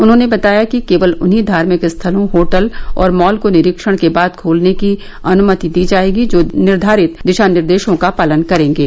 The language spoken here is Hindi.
उन्होंने बताया कि केवल उन्हीं धार्मिक स्थलों होटल और मॉल को निरीक्षण के बाद खोलने की अनुमति दी जाएगी जो निर्घारित दिशा निर्देशों का पालन करेंगे